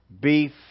beef